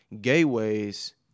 gateways